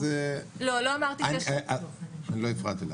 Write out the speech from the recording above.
לא אמרתי שיש --- אני לא הפרעתי לך.